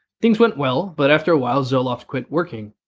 things went well but after a while zoloft quit working.